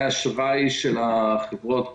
האשראי של החברות